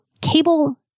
Cable